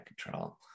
control